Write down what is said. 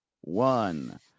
one